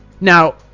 Now